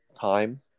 time